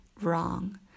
wrong